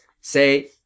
say